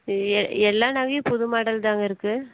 எல்லா நகையும் புது மாடல் தாங்கருக்கு